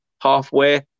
halfway